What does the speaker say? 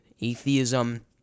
atheism